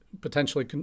potentially